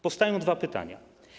Powstają dwa pytania.